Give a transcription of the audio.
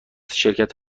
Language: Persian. شرکت